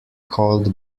called